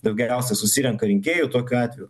daug geriausia susirenka rinkėjų tokiu atveju